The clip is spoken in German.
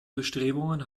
bestrebungen